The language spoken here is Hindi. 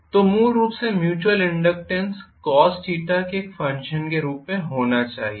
तो मूल रूप से म्यूच्युयल इनडक्टेन्स cosθ के एक फंक्शन के रूप में होना चाहिए